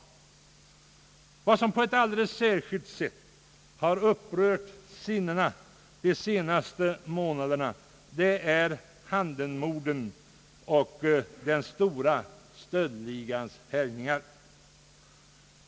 Vad som på ett alldeles särskilt sätt har upprört sinnena under de senaste månaderna är Handen-morden och den stora stöldligans härjningar.